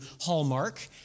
Hallmark